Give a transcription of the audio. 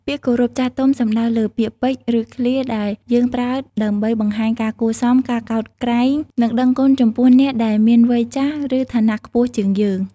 ពាក្យគោរពចាស់ទុំ សំដៅលើពាក្យពេចន៍ ឬឃ្លាដែលយើងប្រើដើម្បីបង្ហាញការគួរសម ការកោតក្រែង និងដឹងគុណចំពោះអ្នកដែលមានវ័យចាស់ ឬឋានៈខ្ពស់ជាងយើង។